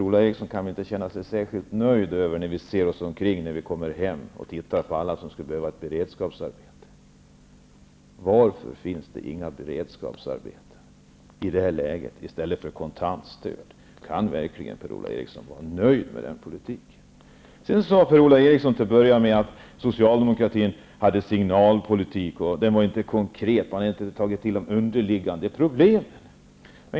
Han kan väl inte känna sig särskilt nöjd när han kommer hem och ser alla som skulle behöva ett beredskapsarbete. Varför finns det inga beredskapsarbeten i det här läget, i stället för kontantstöd? Kan Per-Ola Eriksson verkligen vara nöjd med den politiken? Per-Ola Eriksson sade till att börja med att Socialdemokraterna förde en signalpolitik, som inte var konkret, och att de inte hade tagit itu med de underliggande problemen.